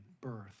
birth